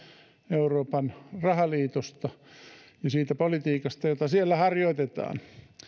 euroopan rahaliitosta ja siitä politiikasta jota siellä harjoitetaan